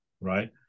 right